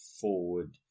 forward